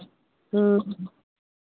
ह्म्म